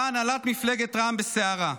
באה הנהלת מפלגת רע"מ בסערה,